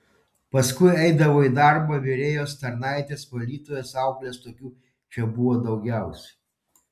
paskui eidavo į darbą virėjos tarnaitės valytojos auklės tokių čia buvo daugiausiai